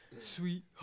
Sweet